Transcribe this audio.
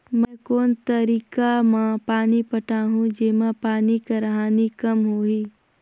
मैं कोन तरीका म पानी पटाहूं जेमा पानी कर हानि कम होही?